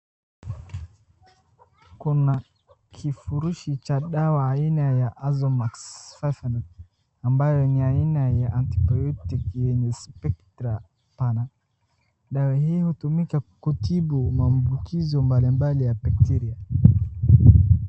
Kuna kifurushi cha aina ya dawa ya azomax five hundred , ambayo ni aina ya antibiotic yenye spectra pana, dawa hii hutumika kutibu maambukizo mbalimbali ya bacteria .